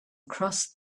crossed